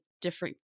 different